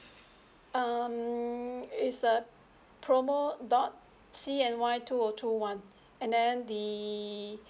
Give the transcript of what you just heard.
um is uh promo dot C N Y two O two one and then the